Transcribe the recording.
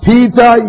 Peter